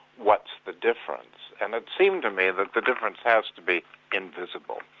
what's the difference? and it seemed to me that the difference has to be invisible.